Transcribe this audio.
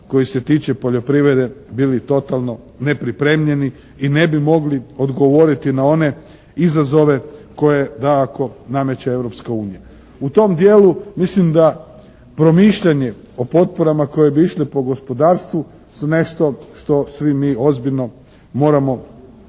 koji se tiče poljoprivrede bili totalno nepripremljeni i ne bi mogli odgovoriti na one izazove koje dakako nameće Europska unija. U tom dijelu mislim da promišljanje o potporama koje bi išle po gospodarstvu su nešto što svi mi ozbiljno moramo staviti